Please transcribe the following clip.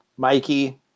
Mikey